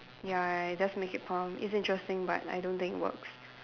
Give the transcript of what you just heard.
ya just make it plump it's interesting but I don't think it works